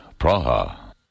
Praha